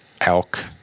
elk